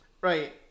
right